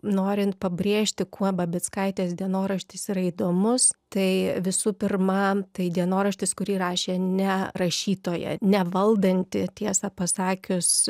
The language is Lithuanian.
norint pabrėžti kuo babickaitės dienoraštis yra įdomus tai visų pirma tai dienoraštis kurį rašė ne rašytoja nevaldanti tiesą pasakius